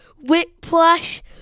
whiplash